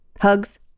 Hugs